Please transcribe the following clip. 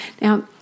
Now